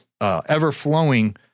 ever-flowing